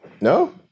No